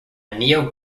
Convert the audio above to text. neo